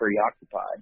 preoccupied